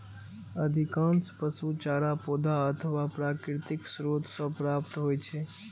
अधिकांश पशु चारा पौधा अथवा प्राकृतिक स्रोत सं प्राप्त होइ छै